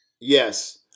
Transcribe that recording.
Yes